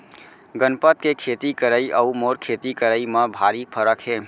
गनपत के खेती करई अउ मोर खेती करई म भारी फरक हे